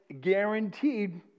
guaranteed